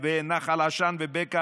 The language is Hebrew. בנחל עשן ובבקע,